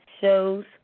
show's